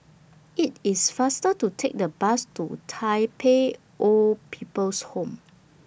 IT IS faster to Take The Bus to Tai Pei Old People's Home